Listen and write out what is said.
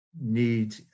need